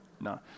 No